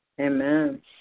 Amen